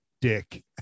dick